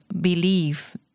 believe